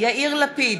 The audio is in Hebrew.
יאיר לפיד,